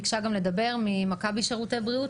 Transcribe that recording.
התזונאית הראשית ממכבי שירותי בריאות.